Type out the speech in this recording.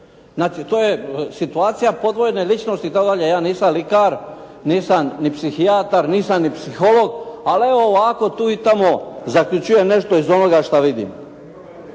znači to je situacija podvojene ličnosti, to valjda ja nisam …/Govornik se ne razumije./… nisam ni psihijatar, nisam ni psiholog, ali evo ovako tu i tamo zaključujem nešto iz onoga što vidim.